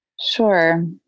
sure